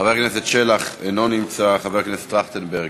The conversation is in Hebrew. חבר הכנסת שלח, אינו נמצא, חבר הכנסת טרכטנברג,